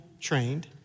trained